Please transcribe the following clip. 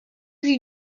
sie